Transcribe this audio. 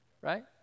Right